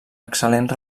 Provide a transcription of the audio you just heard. excel·lent